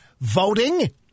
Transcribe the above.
voting